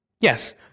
Yes